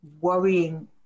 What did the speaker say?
worrying